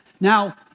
Now